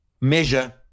Measure